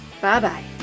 Bye-bye